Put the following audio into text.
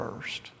first